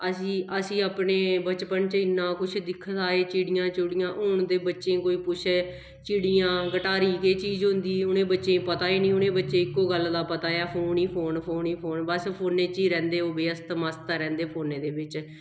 अस असीं अपने बचपन च इन्ना कुछ दिक्खे दा ऐ चिड़ियां चुड़ियां हून दे बच्चें गी कोई पुच्छै चिड़ियां गटारी केह् चीज होंदी उ'नें बच्चें गी पती गै निं उ'नें बच्चें गी इक्को गल्ल दा पता ऐ फोन ई फोन फोन ई फोन बस फोनै च ही रैंह्दे ओह् व्यस्त मस्त रैंह्दे फोनै दे बिच्च